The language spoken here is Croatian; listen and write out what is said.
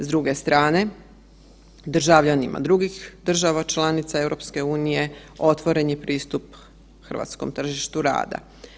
S druge strane, državljanima drugih država članica EU-e, otvoren je pristup hrvatskom tržištu rada.